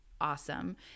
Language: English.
awesome